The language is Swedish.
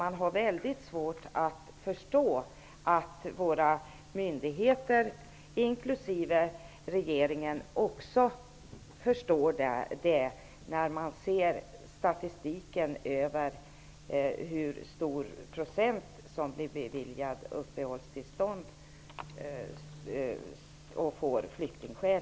Men det är väldigt svårt att tro att våra myndigheter, inklusive regeringen, också förstår det, när man ser statistiken över dem som beviljas uppehållstillstånd och anses ha flyktingskäl.